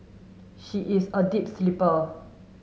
she is a deep sleeper